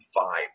five